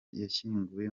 yashyinguwe